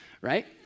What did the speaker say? right